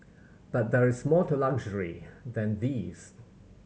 but there is more to luxury than these